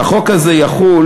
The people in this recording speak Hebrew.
והחוק הזה יחול